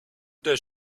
does